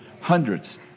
hundreds